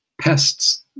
pests